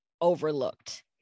overlooked